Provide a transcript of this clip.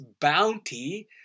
bounty